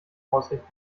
hausrecht